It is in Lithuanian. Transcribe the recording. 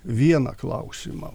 vieną klausimą